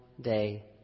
day